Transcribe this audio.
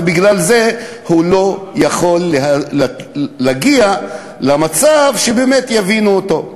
ובגלל זה הוא לא יכול להגיע למצב שבאמת יבינו אותו.